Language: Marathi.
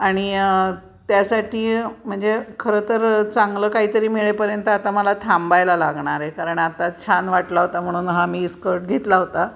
आणि त्यासाठी म्हणजे खरं तर चांगलं काहीतरी मिळेपर्यंत आता मला थांबायला लागणार आहे कारण आता छान वाटला होता म्हणून हा मी स्कर्ट घेतला होता